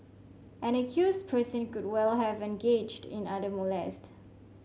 an accused person could well have engaged in other molest